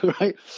right